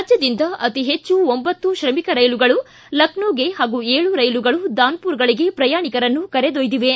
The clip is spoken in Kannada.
ರಾಜ್ಯದಿಂದ ಅತಿಹೆಚ್ಚು ಒಂಭತ್ತು ತ್ರಮಿಕ್ ರೈಲುಗಳು ಲಕ್ಷೋಗೆ ಹಾಗೂ ಏಳು ರೈಲುಗಳು ದಾನಪುರಗಳಿಗೆ ಪ್ರಯಾಣಿಕರನ್ನು ಕರೆದೊಯ್ದಿವೆ